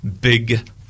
big